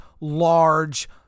large